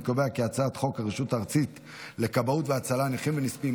אני קובע כי הצעת חוק הרשות הארצית לכבאות והצלה (נכים ונספים),